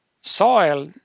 soil